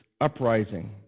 uprising